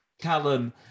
Callum